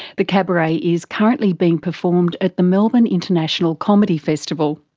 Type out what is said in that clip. the cabaret is currently being performed at the melbourne international comedy festival.